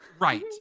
right